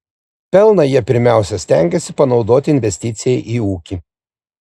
pelną jie pirmiausia stengiasi panaudoti investicijai į ūkį